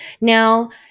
Now